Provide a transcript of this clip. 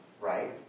right